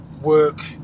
work